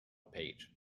page